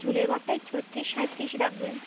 ঝুলের মাপটা এই ছত্রিশ সাঁইত্রিশ রাখবেন